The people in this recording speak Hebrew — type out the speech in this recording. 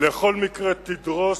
בכל מקרה תדרוש